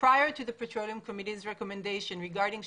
עוד לפני שוועדת הנפט נותנת את המלצותיה